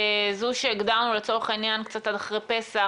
זו שהגדרנו קצת עד אחרי פסח,